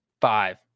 Five